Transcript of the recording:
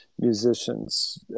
musicians